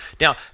now